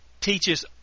teaches